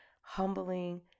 humbling